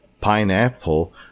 pineapple